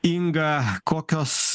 inga kokios